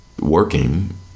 working